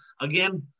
again